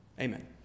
Amen